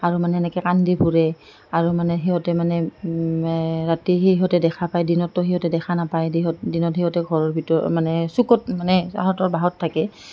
আৰু মানে এনেকে কান্দি ফুৰে আৰু মানে সিহঁতে মানে ৰাতি সি সিহঁতে দেখা পায় দিনততো সিহঁতে দেখা নাপায় দিনত সিহঁতে ঘৰ ভিতৰত মানে চুকত মানে সিহঁতৰ বাঁহত থাকে